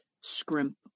scrimp